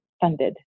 funded